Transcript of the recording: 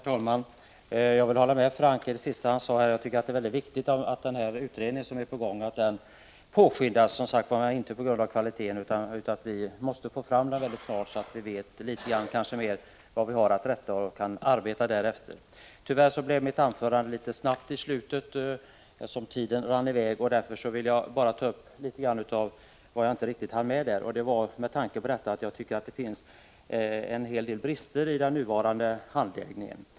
Herr talman! Jag håller med Franck om det senaste han sade — det är viktigt att utredningen påskyndas, men inte på bekostnad av kvaliteten. Vi måste få fram den mycket snart, så att vi vet litet mer vad vi har att rätta oss efter och kan arbeta efter det. Tyvärr gick mitt första anförande en aning snabbt på slutet, eftersom tiden rann iväg. Därför vill jag ta upp en del av det jag inte riktigt hann med där. Jag tycker att det finns en hel del brister i den nuvarande handläggningen.